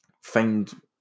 find